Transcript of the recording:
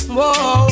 Whoa